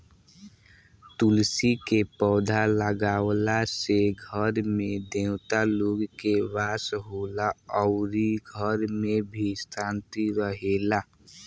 तुलसी के पौधा लागावला से घर में देवता लोग के वास होला अउरी घर में भी शांति रहेला